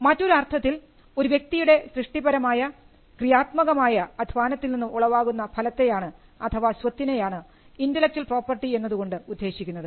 മറ്റൊരു അർത്ഥത്തിൽ ഒരു വ്യക്തിയുടെ സൃഷ്ടിപരമായ ക്രിയാത്മകമായ അധ്വാനത്തിൽ നിന്ന് ഉളവാകുന്ന ഫലത്തെ ആണ് അഥവാ സ്വത്തിനെ ആണ് ആണ് Intellectual property എന്നതുകൊണ്ട് ഉദ്ദേശിക്കുന്നത്